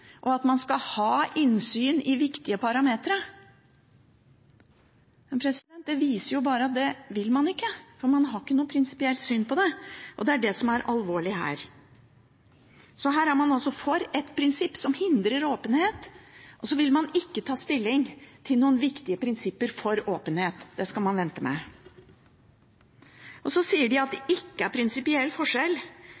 og at man skal ha innsyn i viktige parametere. Det viser jo bare at det vil man ikke, for man har ikke noe prinsipielt syn på det, og det er det som er alvorlig her. Så her er man altså for et prinsipp som hindrer åpenhet, og så vil man ikke ta stilling til noen viktige prinsipper for åpenhet – det skal man vente med. Så sier de at det ikke er noen prinsipiell forskjell